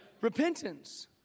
Repentance